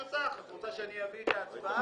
רוצה שאני אביא את ההצבעה?